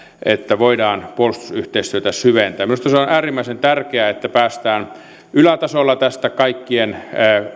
että voidaan puolustusyhteistyötä syventää minusta se on äärimmäisen tärkeää että päästään ylätasolla tästä kaikkien